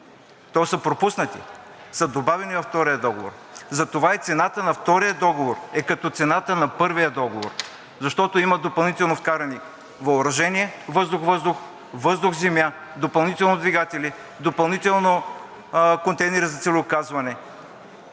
тоест са пропуснати, са добавени във втория договор. Затова и цената на втория договор е като цената на първия договор, защото има допълнително вкарани: въоръжение въздух – въздух, въздух – земя, допълнително двигатели, допълнително контейнери за целеуказване